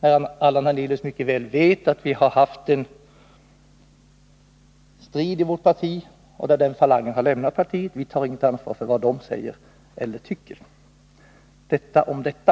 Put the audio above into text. Allan Hernelius vet mycket väl att vi har haft en strid i vårt parti och att de som tillhör hans falang har lämnat partiet. Vi tar inget ansvar för vad de säger eller tycker. Detta om detta.